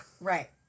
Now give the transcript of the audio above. Right